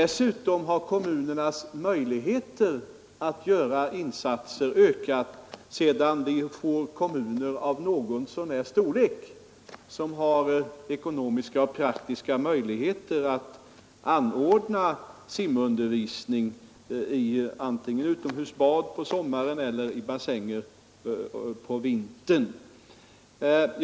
Sedan vi fått större kommuner har dessutom deras ekonomiska och praktiska möjligheter att anordna simundervisning antingen i utomhusbad på sommaren eller i simbassänger på vintern ökat.